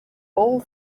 all